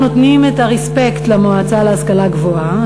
אנחנו נותנים את ה-respect למועצה להשכלה גבוהה,